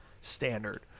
standard